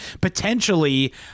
potentially